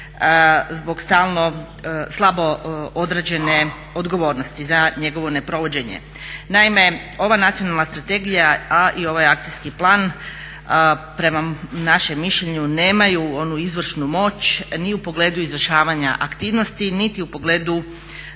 zbog stalno slabo odrađene odgovornosti za njegovo neprovođenje. Naime, ova Nacionalna strategija a i ovaj Akcijski plan prema našem mišljenju nemaju onu izvršnu moć ni u pogledu izvršavanja aktivnosti, niti u pogledu